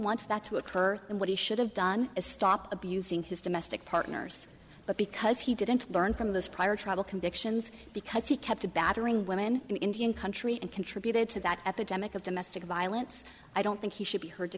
want that to occur and what he should have done is stop abusing his domestic partners but because he didn't learn from this prior trouble convictions because he kept a battering women in indian country and contributed to that epidemic of domestic violence i don't think he should be heard to